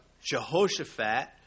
Jehoshaphat